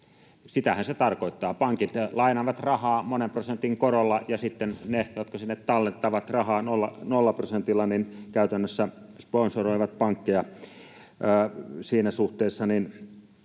Sitähän se tarkoittaa. Pankit lainaavat rahaa monen prosentin korolla, ja sitten ne, jotka sinne tallettavat rahaa nollaprosentilla, käytännössä sponsoroivat pankkeja. Siinä suhteessa